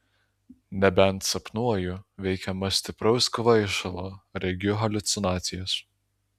nebent sapnuoju veikiama stipraus kvaišalo regiu haliucinacijas